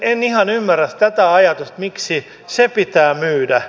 en ihan ymmärrä tätä ajatusta miksi se pitää myydä